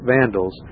vandals